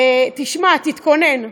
תשמע, תתכונן,